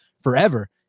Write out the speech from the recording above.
forever